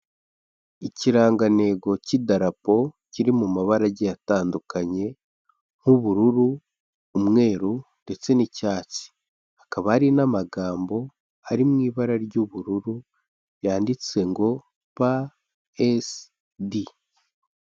Ikirangantego cy'idarapo kiri mu mabara agiye atandukanye nk'ubururu, umweru ndetse n'icyatsi. Hakaba hari n'amagambo ari mu ibara ry'ubururu, yanditse ngo PSD.